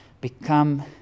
become